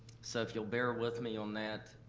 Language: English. so if you'll bear with me on that,